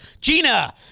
Gina